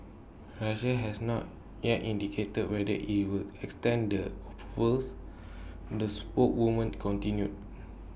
Russia has not yet indicated whether IT will extend the approvals the spokeswoman continued